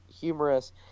humorous